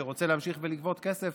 שרוצה להמשיך לגבות כסף,